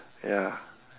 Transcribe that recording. ya